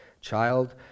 child